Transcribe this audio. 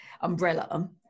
umbrella